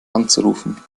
anzurufen